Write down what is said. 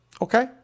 Okay